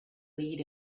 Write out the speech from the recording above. lead